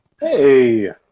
Hey